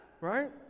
right